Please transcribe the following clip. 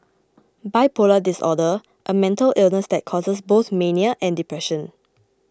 bipolar disorder a mental illness that causes both mania and depression